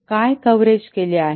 काय कव्हरेज केले आहे